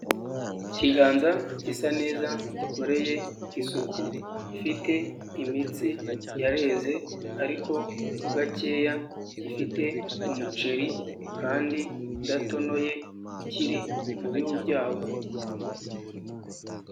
Ikiganza, gisa neza, gikoreye, isuku, gifite, imitsi, yareze, ariko, ho gakeya, gifite, umuceri, kandi, udatonoye, ukiri, mu bihu byawo.